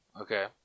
Okay